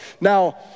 Now